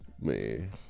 man